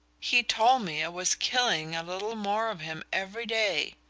he told me it was killing a little more of him every day.